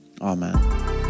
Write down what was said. amen